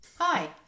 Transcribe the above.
Hi